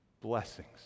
blessings